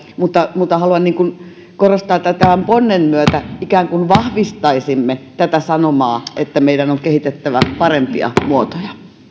mutta haluan korostaa että tämän ponnen myötä ikään kuin vahvistaisimme tätä sanomaa että meidän on kehitettävä parempia muotoja